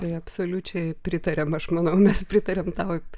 tai absoliučiai pritariam aš manau mes pritariam tau